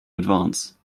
advance